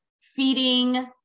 feeding